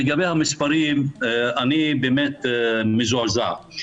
לגבי המספרים, אני באמת מזועזע.